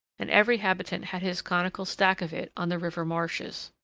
and every habitant had his conical stack of it on the river marshes.